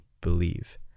believe